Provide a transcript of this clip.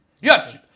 Yes